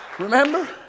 Remember